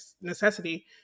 necessity